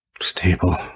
Stable